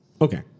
Okay